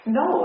no